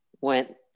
went